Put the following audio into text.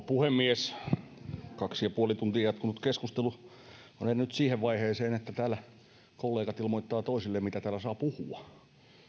puhemies kaksi ja puoli tuntia jatkunut keskustelu on edennyt siihen vaiheeseen että täällä kollegat ilmoittavat toisilleen mitä täällä saa puhua